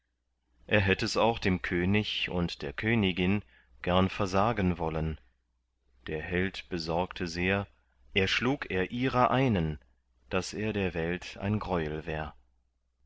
er hätt es auch dem könig und der königin gern versagen wollen der held besorgte sehr erschlüg er ihrer einen daß er der welt ein greuel wär